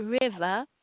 river